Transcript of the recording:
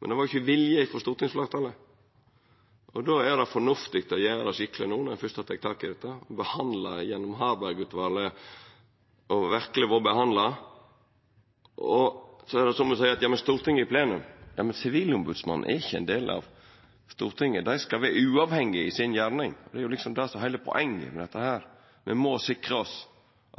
men det var ikkje vilje frå stortingsfleirtalet. Då er det fornuftig å gjera det skikkeleg no, når ein fyrst har teke tak i dette, og som verkelig har vore behandla gjennom Harberg-utvalet. Så er det somme som seier at «ja, men Stortinget i plenum» – ja, men Sivilombodsmannen er ikkje ein del av Stortinget, dei skal vera uavhengige i si gjerning. Det er liksom det som er heile poenget med dette. Me må sikra oss